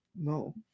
No